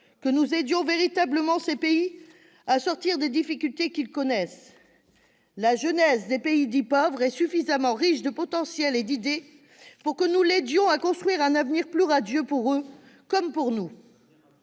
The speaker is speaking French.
que nous aidions véritablement ces pays à sortir des difficultés qu'ils connaissent. La jeunesse des pays dits « pauvres » est suffisamment riche de potentiels et d'idées pour que nous l'aidions à construire un avenir plus radieux pour eux, comme pour nous.